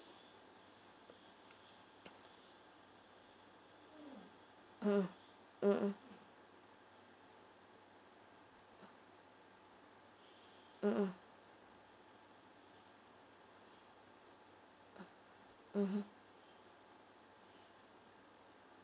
mm mmhmm mmhmm mmhmm